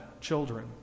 children